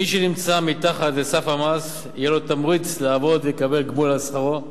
מי שנמצא מתחת לסף המס יהיה לו תמריץ לעבוד ויקבל גמול על שכרו.